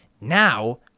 Now